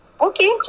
Okay